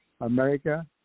America